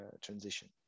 transition